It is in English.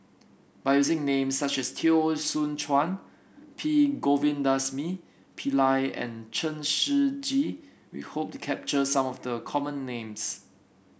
by using names such as Teo Soon Chuan P Govindasamy Pillai and Chen Shiji we hope to capture some of the common names